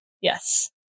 Yes